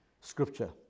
scripture